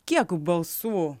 kiek balsų